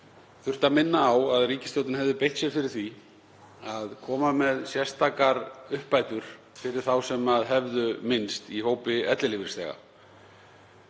þurfti að minna á að ríkisstjórnin hefði beitt sér fyrir því að koma með sérstakar uppbætur fyrir þá sem minnst hefðu í hópi ellilífeyrisþega.